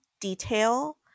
detail